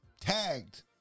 tagged